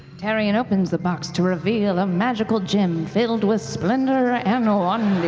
taryon opens the box to reveal a magical gem filled with splendor and wonder.